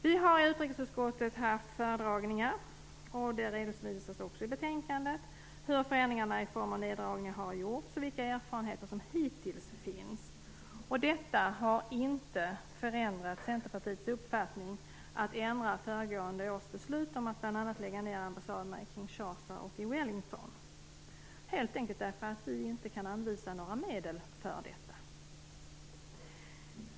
Vi har i utrikesutskottet haft föredragningar, och det redovisas också i betänkandet hur förändringarna i form av neddragningar har gjorts och vilka erfarenheter som hittills finns. Detta har inte förändrat Centerpartiets uppfattning i fråga om att ändra föregående års beslut om att bl.a. lägga ned ambassaderna i Kinshasa och i Wellington - helt enkelt därför att vi inte kan anvisa några medel för detta.